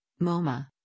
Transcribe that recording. MoMA